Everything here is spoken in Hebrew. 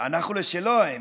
אנחנו לשלו, האמת.